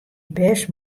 bêst